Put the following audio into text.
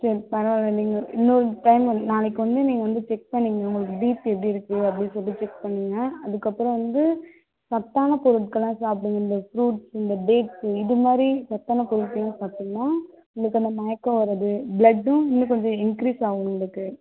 சரி பரவாயில்லிங்க இன்னொரு டைம் வந்து நாளைக்கு வந்து நீங்கள் வந்து செக் பண்ணிக்கோங்க உங்களுக்கு பிபி எப்படி இருக்குது அப்படி சொல்லிவிட்டு செக் பண்ணிக்கோங்க அதுக்கப்புறம் வந்து சத்தான பொருட்களாக சாப்பிடுங்க இந்த ஃப்ரூட்ஸ் இந்த டேட்ஸு இது மாதிரி சத்தான பொருட்களெலாம் சாப்பிட்டிங்கன்னா உங்களுக்கு அந்த மயக்கம் வராது பிளெட்டும் இன்னும் கொஞ்சம் இன்கிரீஸ் ஆகும் உங்களுக்கு